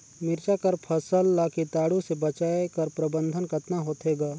मिरचा कर फसल ला कीटाणु से बचाय कर प्रबंधन कतना होथे ग?